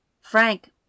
Frank